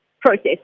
process